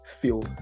feel